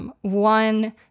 One